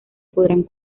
podrán